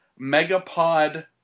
Megapod